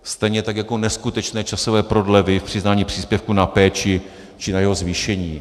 Stejně tak jako neskutečné časové prodlevy v přiznání příspěvku na péči či na jeho zvýšení.